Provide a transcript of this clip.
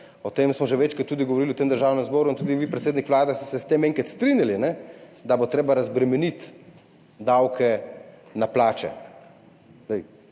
o tem smo že večkrat tudi govorili v tem državnem zboru in tudi vi, predsednik Vlade, ste se s tem enkrat strinjali, da bo treba razbremeniti davke na plače.